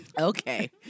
Okay